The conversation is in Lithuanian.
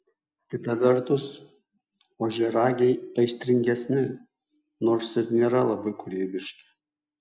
kita vertus ožiaragiai aistringesni nors ir nėra labai kūrybiški